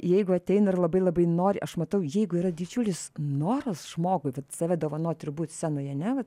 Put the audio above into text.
jeigu ateina ir labai labai nori aš matau jeigu yra didžiulis noras žmogui vat save dovanot ir būt scenoj ane vat